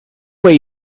where